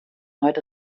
heute